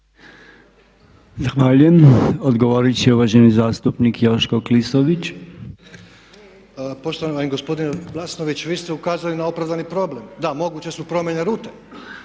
Zahvaljujem. Odgovorit će uvaženi zastupnik Joško Klisović. **Klisović, Joško (SDP)** Poštovani gospodine Glasnović, vi ste ukazali na opravdani problem. Da, moguće su promijenjene rute.